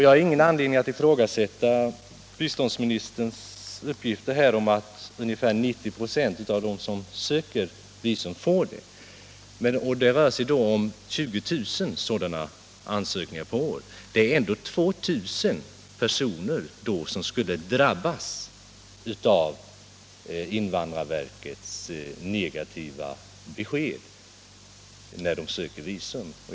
Jag har ingen anledning att ifrågasätta biståndsministerns uppgifter om att ungefär 90 926 av dem som söker visum får det, men det rör sig ändå om 20 000 sådana ansökningar per år, vilket betyder att ca 2 000 personer per år skulle drabbas av invandrarverkets negativa besked när de söker visum.